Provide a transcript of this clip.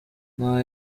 nta